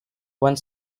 one